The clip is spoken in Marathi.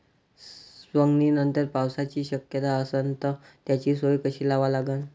सवंगनीनंतर पावसाची शक्यता असन त त्याची सोय कशी लावा लागन?